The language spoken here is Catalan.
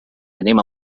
anem